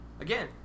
again